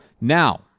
Now